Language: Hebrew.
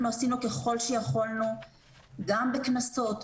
אנחנו עשינו ככל שיכולנו גם בקנסות,